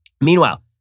meanwhile